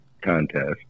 contest